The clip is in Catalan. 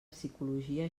psicologia